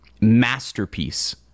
masterpiece